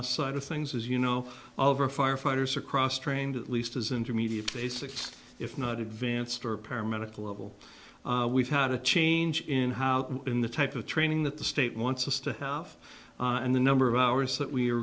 a side of things as you know of our firefighters across trained at least as intermediate basics if not advanced or paramedic level we've had a change in how in the type of training that the state wants us to have and the number of hours that we are